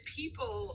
people